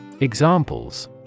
Examples